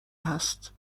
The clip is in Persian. هست